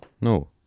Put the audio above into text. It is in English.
No